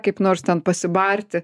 kaip nors ten pasibarti